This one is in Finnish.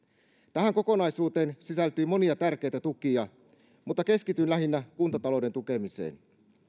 tähän kokonaisuuteen sisältyy monia tärkeitä tukia mutta keskityn lähinnä kuntatalouden tukemiseen